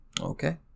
okay